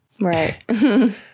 right